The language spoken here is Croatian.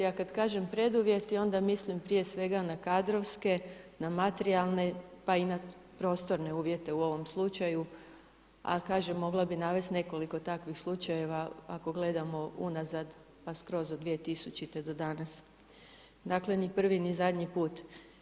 A kada kažem preduvjeti, onda mislim prije svega na kadrovske, na materijalne pa i na prostorne uvjete u ovom slučaju a kažem, mogla bih navesti nekoliko takvih slučajeva ako gledamo unazad pa skroz od 2000. do danas, dakle ni prvi ni zadnji put.